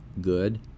good